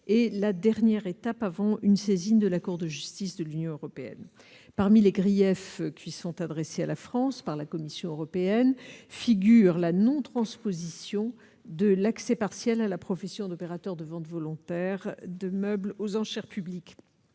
et la dernière étape avant une saisine de la Cour de justice de l'Union européenne parmi les griefs qui sont adressés à la France par la Commission européenne figure la non-transposition de l'accès partiel à la profession d'opérateur de ventes volontaires de meubles aux enchères publiques